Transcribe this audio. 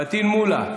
פטין מולא,